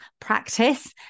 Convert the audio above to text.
practice